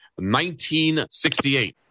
1968